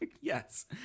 Yes